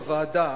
בוועדה,